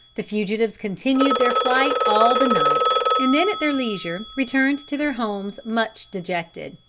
the fugitives continued their flight all the night, and then at their leisure returned to their homes much dejected.